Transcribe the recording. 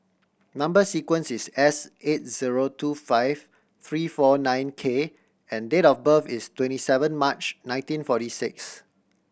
number sequence is S eight zero two five three four nine K and date of birth is twenty seven March nineteen forty six